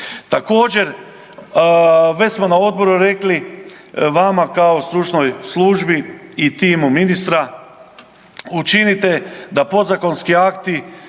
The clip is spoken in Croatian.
Također, već smo na Odboru rekli vama kao Stručnoj službi i timu ministra učinite da podzakonski akti